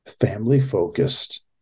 family-focused